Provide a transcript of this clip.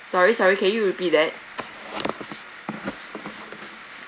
sorry sorry can you repeat that